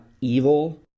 evil